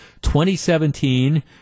2017